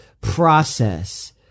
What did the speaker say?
process